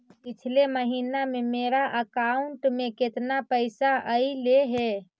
पिछले महिना में मेरा अकाउंट में केतना पैसा अइलेय हे?